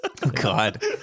God